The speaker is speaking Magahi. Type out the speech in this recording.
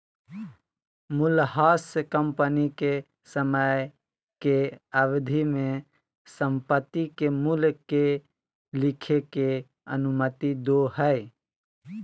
मूल्यह्रास कंपनी के समय के अवधि में संपत्ति के मूल्य के लिखे के अनुमति दो हइ